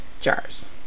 jars